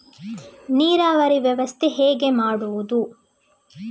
ನೀರಾವರಿ ವ್ಯವಸ್ಥೆ ಹೇಗೆ ಮಾಡುವುದು?